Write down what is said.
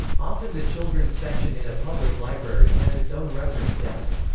often the children's section in a public library has its own reference desk.